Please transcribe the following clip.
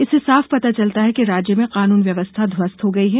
इससे साफ पता चलता है कि राज्य में कानून व्यवस्था ध्वस्त हो गई है